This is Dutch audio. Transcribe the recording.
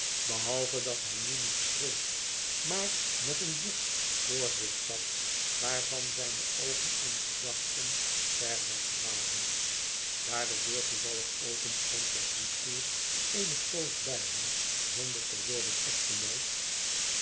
behalve dat hij nu niet schreef maar met een boek voor zich zat waarvan zijne oogen en gedachten ver wegdwaalden daar de deur toevallig openstond was woodcourt eene poos bij hem zonder te worden opgemerkt